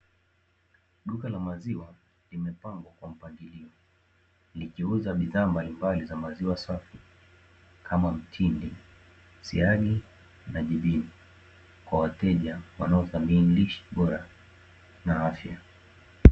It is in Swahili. Duka la maziwa limepangwa kwa mpangilio, likiuza bidhaa mbalimbali za maziwa safi kama: mtindi, siagi na jibini, kwa wateja wanaothamini lishe bora na afya.